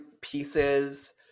pieces